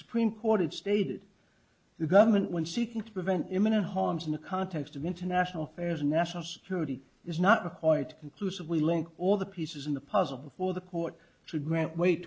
supreme court it stated the government when seeking to prevent imminent harms in the context of international affairs national security is not required to conclusively link all the pieces in the puzzle before the court